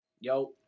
Yo